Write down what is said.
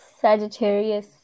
Sagittarius